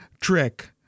trick